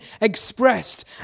expressed